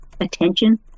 attention